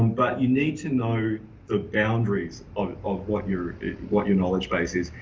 but you need to know the boundaries of of what your what your knowledge base is.